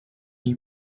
you